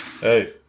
Hey